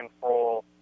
control